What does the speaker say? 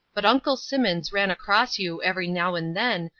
but uncle simmons ran across you every now and then,